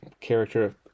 character